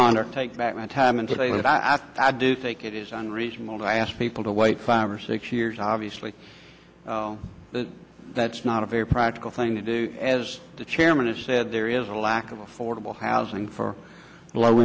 on or take back my time and say that i i do think it is unreasonable to ask people to wait five or six years obviously that's not a very practical thing to do as the chairman has said there is a lack of affordable housing for low